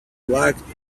like